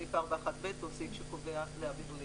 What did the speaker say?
סעיף 4(1) (ב) הוא סעיף שקובע ---.